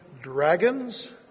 dragons